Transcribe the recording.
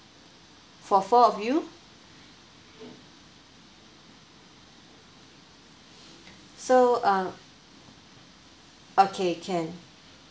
for four of you so uh okay can